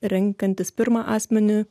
renkantis pirmą asmenį